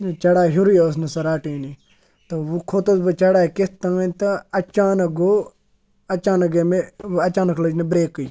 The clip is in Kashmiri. چَڑایہِ ہیٚورٕے ٲس نہٕ سۅ رَٹٲنی تہٕ وۅں کھوٚتُس بہٕ چَڑٲے کِتھٕ تانۍ تہٕ اَچانَک گوٚو اَچانٛک گٔیہِ مےٚ اَچانٛک لٔج نہٕ برٛیکٕے